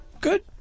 Good